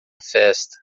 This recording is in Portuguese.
festa